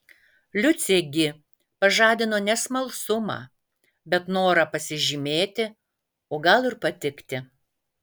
liucė gi pažadino ne smalsumą bet norą pasižymėti o gal ir patikti